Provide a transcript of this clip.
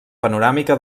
panoràmica